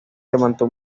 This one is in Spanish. levantó